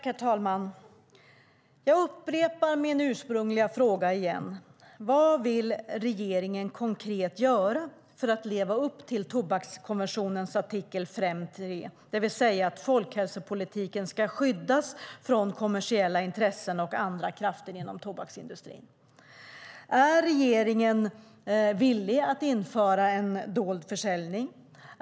Herr talman! Jag upprepar min ursprungliga fråga: Vad vill regeringen konkret göra för att leva upp till tobakskonventionens artikel 5.3? Den säger att folkhälsopolitiken ska skyddas från kommersiella intressen och andra krafter inom tobaksindustrin. Är regeringen villig att införa dold försäljning?